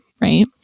right